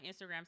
Instagram